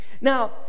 Now